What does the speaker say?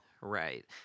Right